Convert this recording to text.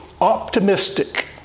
optimistic